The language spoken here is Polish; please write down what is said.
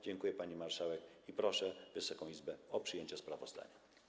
Dziękuję, pani marszałek, i proszę Wysoką Izbę o przyjęcie sprawozdania.